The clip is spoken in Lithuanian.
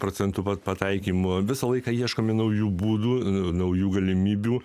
procentu vat pataikymu visą laiką ieškome naujų būdų naujų galimybių